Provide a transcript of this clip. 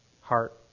heart